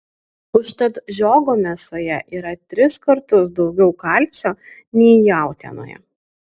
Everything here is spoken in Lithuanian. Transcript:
užtat žiogo mėsoje yra tris kartus daugiau kalcio nei jautienoje